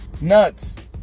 Nuts